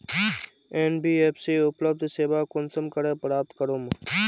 NBFC उपलब्ध सेवा कुंसम करे प्राप्त करूम?